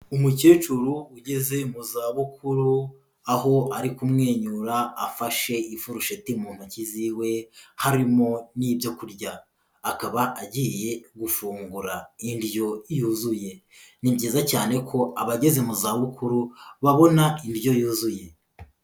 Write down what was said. Umukecuru ugeze mu za bukuru aho ari kumwenyura afashe ifurusheti mu ntoki ziwe harimo n'ibyo kurya, akaba agiye gufungura indyo yuzuye. Ni byiza cyane ko abageze mu za bukuru babona indyo yuzuye.